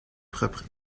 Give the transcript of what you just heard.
propre